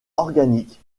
organique